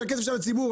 זה הכסף של הציבור.